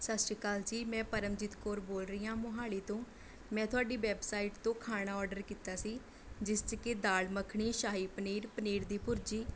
ਸਤਿ ਸ਼੍ਰੀ ਅਕਾਲ ਜੀ ਮੈਂ ਪਰਮਜੀਤ ਕੌਰ ਬੋਲ ਰਹੀ ਹਾਂ ਮੋਹਾਲੀ ਤੋਂ ਮੈਂ ਤੁਹਾਡੀ ਵੈੱਬਸਾਈਟ ਤੋਂ ਖਾਣਾ ਆਰਡਰ ਕੀਤਾ ਸੀ ਜਿਸ 'ਚ ਕਿ ਦਾਲ ਮੱਖਣੀ ਸ਼ਾਹੀ ਪਨੀਰ ਪਨੀਰ ਦੀ ਭੁਰਜੀ